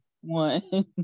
one